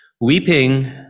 Weeping